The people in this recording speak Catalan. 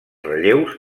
relleus